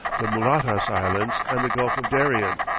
the mulatas islands, and the gulf of darien.